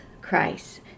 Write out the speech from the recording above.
Christ